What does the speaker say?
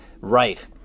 right